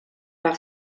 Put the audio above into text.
par